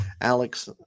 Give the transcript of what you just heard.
Alex